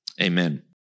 Amen